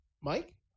Mike